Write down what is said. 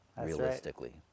realistically